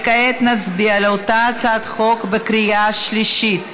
כעת נצביע על אותה הצעת חוק בקריאה השלישית.